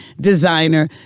designer